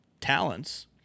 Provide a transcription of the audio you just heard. talents